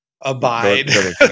abide